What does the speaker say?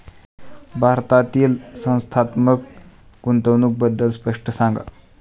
भारतातील संस्थात्मक गुंतवणूक बद्दल स्पष्ट सांगा